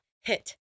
hit